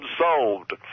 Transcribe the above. solved